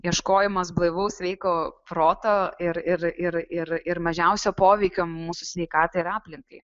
ieškojimas blaivaus sveiko proto ir ir ir ir ir mažiausio poveikio mūsų sveikatai ir aplinkai